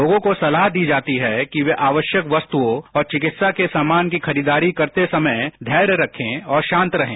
लोगों को सलाह दी जाती है कि वे आवश्यक वस्तुओं और चिकित्सा के सामान की खरीददारी करते समय धैर्य रखे और शांत रहें